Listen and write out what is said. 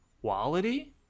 quality